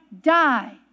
die